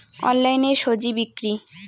অনলাইনে স্বজি বিক্রি?